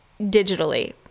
digitally